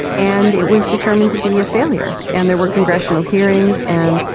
and it was determined to be a failure. and there were congressional hearings and,